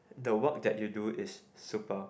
the work that you do is super